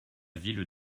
ville